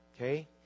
Okay